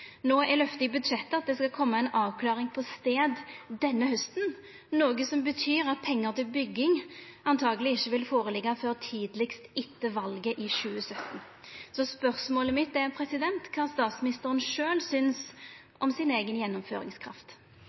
er løftet i budsjettet at det skal koma ei avklaring om stad denne hausten, noko som betyr at pengar til bygging truleg ikkje vil liggja føre før tidlegast etter valet i 2017. Spørsmålet mitt er: Kva synest statsministeren sjølv om si eiga gjennomføringskraft?